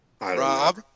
Rob